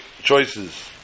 choices